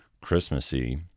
Christmassy